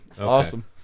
Awesome